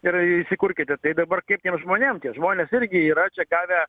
ir įsikurkite tai dabar kaip tiems žmonėm tie žmonės irgi yra čia gavę